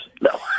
No